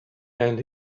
and